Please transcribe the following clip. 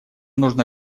нужно